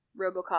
Robocop